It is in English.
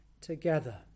together